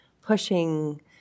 pushing